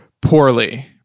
Poorly